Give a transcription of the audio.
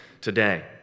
today